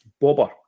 Bobber